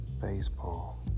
baseball